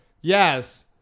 yes